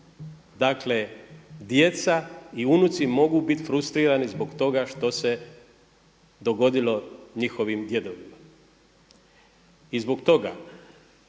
Dakle, djeca i unuci mogu bit frustrirani zbog toga što se dogodilo njihovim djedovima. I zbog toga